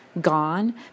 gone